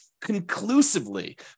conclusively